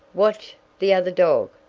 watch, the other dog,